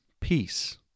peace